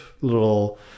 little